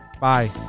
Bye